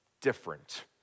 different